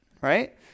right